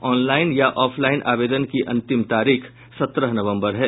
online या offline आवेदन की अंतिम तारीख सत्रह नवबंर है